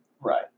right